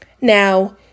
Now